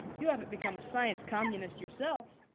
you haven't become a science communist yourself?